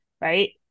Right